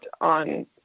on